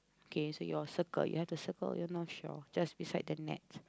okay so your circle so you have to circle your the North Shore just beside the net